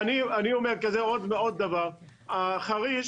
חריש